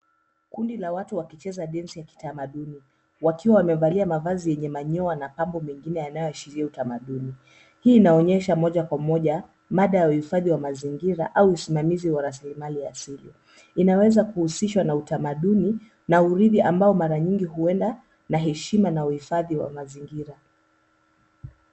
Kundi la watu wakicheza densi ya kitamaduni wakiwa wamevalia mavazi yenye manyoya na mapambo mengine yanayoashiria utamaduni. Hii inaonyesha moja kwa moja mada ya uhifadhi wa mazingira au usimamizi wa rasilimali asili. Inaweza kuhusishwa na utamaduni na uridhi ambao mara nyingi huenda na heshima na uhifadhi wa mazingira.